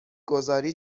گذاری